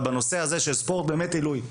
אבל בנושא הזה של ספורט באמת עילוי.